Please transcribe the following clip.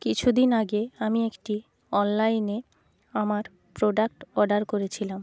কিছু দিন আগে আমি একটি অনলাইনে আমার প্রোডাক্ট অর্ডার করেছিলাম